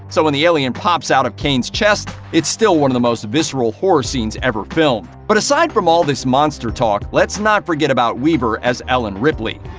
so when the alien pops out of kane's chest, it's still one of the most visceral horror scenes ever filmed. but aside from all this monster talk, let's not forget about weaver as ellen ripley.